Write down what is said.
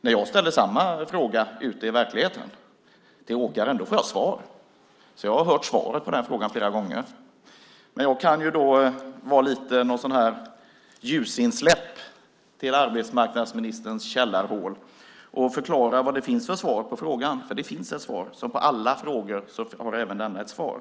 När jag ställer samma fråga ute i verkligheten till åkaren, då får jag svar. Jag har hört svaret på den frågan flera gånger. Men jag kan ju då agera ljusinsläpp till arbetsmarknadsministerns källarhål och förklara vad det finns för svar på frågan, för det finns ett svar. Som alla frågor har även denna ett svar.